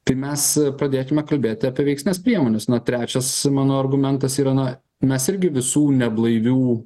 tai mes pradėkime kalbėti apie veiksnias priemones na trečias mano argumentas yra na mes irgi visų neblaivių